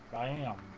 i am